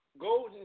Golden